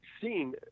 seen